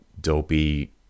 dopey